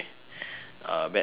a bad thing lah